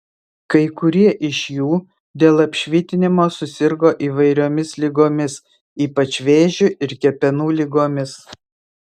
kai kurie iš jų dėl apšvitinimo susirgo įvairiomis ligomis ypač vėžiu ir kepenų ligomis